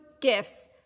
gifts